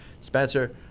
Spencer